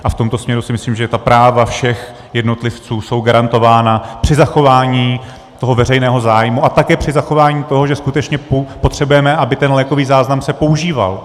A v tomto směru si myslím, že ta práva všech jednotlivců jsou garantována při zachování toho veřejného zájmu a také při zachování toho, že skutečně potřebujeme, aby ten lékový záznam se používal.